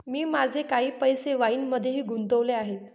मी माझे काही पैसे वाईनमध्येही गुंतवले आहेत